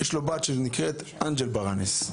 יש לו בת שנקראת אנג'ל ברנס.